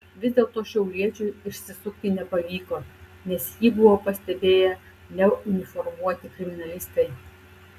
vis dėlto šiauliečiui išsisukti nepavyko nes jį buvo pastebėję neuniformuoti kriminalistai